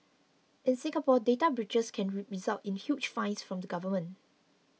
in Singapore data breaches can result in huge fines from the government